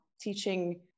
teaching